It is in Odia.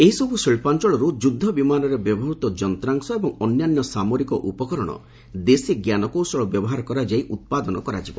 ଏହିସବୁ ଶିଳ୍ପାଞ୍ଚଳରୁ ଯୁଦ୍ଧ ବିମାନରେ ବ୍ୟବହୃତ ଯନ୍ତ୍ରାଂଶ ଏବଂ ଅନ୍ୟାନ୍ୟ ସାମରିକ ଉପକରଣ ଦେଶୀ ଜ୍ଞାନକୌଶଳ ବ୍ୟବହାର କରାଯାଇ ଉତ୍ପାଦନ କରାଯିବ